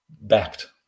backed